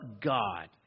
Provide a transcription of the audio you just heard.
God